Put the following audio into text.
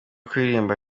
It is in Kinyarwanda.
kuririmba